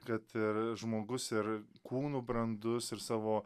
kad ir žmogus ir kūnu brandus ir savo